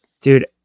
dude